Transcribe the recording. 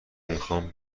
میخام